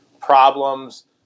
problems